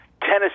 Tennessee